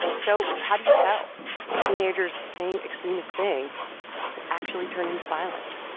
so how do you tell if teenagers saying extremist things will actually turn into violence?